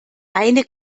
eine